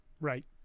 Right